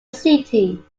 city